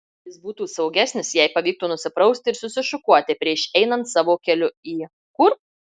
jis būtų saugesnis jei pavyktų nusiprausti ir susišukuoti prieš einant savo keliu į kur